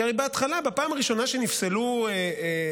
כי הרי בהתחלה, בפעם הראשונה שנפסלה רשימה,